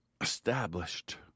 established